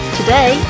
Today